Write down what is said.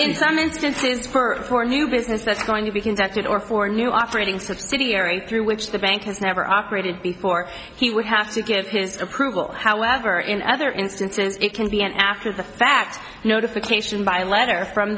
in some instances for a new business that's going to be conducted or for a new operating subsidiary through which the bank has never operated before he would have to give his approval however in other instances it can be an after the fact notification by letter from